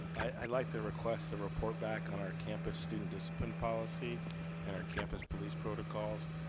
i'd like to request a report back on our campus student discipline policy and our campus police protocols.